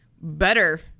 better